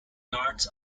yards